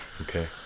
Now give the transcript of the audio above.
Okay